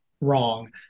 wrong